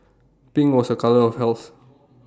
pink was A colour of health